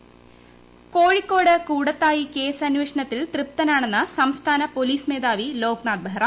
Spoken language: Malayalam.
കൂടത്തായി കോഴിക്കോട് കൂടത്തായി കേസ് ആന്നിഷണത്തിൽ തൃപ്തനാണെന്ന് സംസ്ഥാന പൊലീസ് മേധാവി ലോക്നാഥ് ബഹ്റ